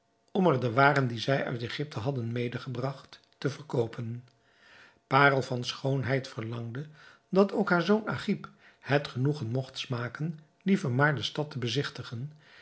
er de waren die zij uit egypte hadden medegebragt te verkoopen parel van schoonheid verlangde dat ook haar zoon agib het genoegen mogt smaken die vermaarde stad te bezigtigen